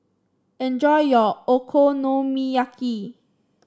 enjoy your Okonomiyaki